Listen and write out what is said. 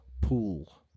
pool